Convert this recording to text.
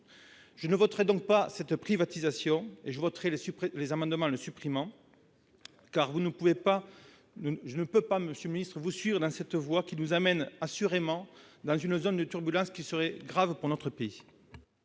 je ne voterai pas cette privatisation, et donc je voterai les amendements tendant à sa suppression, car je ne peux pas, monsieur le ministre, vous suivre dans cette voie qui nous amène assurément dans une zone de turbulences dont l'issue serait grave pour notre pays.